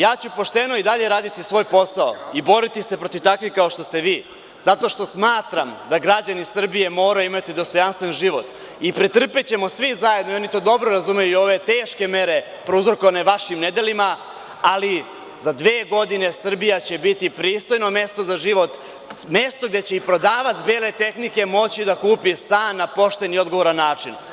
Ja ću pošteno i dalje raditi svoj posao i boriti se protiv takvih kao što ste vi zato što smatram da građani Srbije moraju imati dostojanstven život i pretrpećemo svi zajedno, oni to dobro razumeju, i ove teške mere prouzrokovane vašim nedelima, ali za dve godine Srbija će biti pristojno mesto za život, mesto gde će i prodavac bele tehnike moći da kupi stan na pošten i odgovoran način.